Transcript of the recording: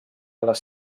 les